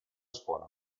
scuola